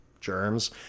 germs